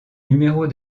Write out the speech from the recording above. numéros